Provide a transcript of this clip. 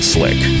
Slick